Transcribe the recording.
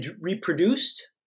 reproduced